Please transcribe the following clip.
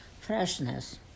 Freshness